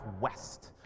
west